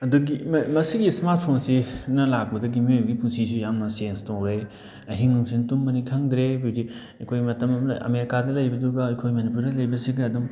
ꯑꯗꯒꯤ ꯃꯁꯤꯒꯤ ꯏꯁꯃꯥꯔꯠ ꯐꯣꯟꯁꯤꯅ ꯂꯥꯛꯄꯗꯒꯤ ꯃꯤꯑꯣꯏꯕꯒꯤ ꯄꯨꯟꯁꯤꯁꯤ ꯌꯥꯝꯅ ꯆꯦꯟꯖ ꯇꯧꯔꯦ ꯑꯍꯤꯡ ꯅꯨꯡꯊꯤꯟ ꯇꯨꯝꯒꯅꯤ ꯈꯪꯗ꯭ꯔꯦ ꯑꯩꯈꯣꯏ ꯃꯇꯝ ꯑꯃꯗ ꯑꯃꯦꯔꯤꯀꯥꯗ ꯂꯩꯕꯗꯨꯒ ꯑꯩꯈꯣꯏ ꯃꯅꯤꯄꯨꯔꯗ ꯂꯩꯕꯁꯤꯒ ꯑꯗꯨꯝ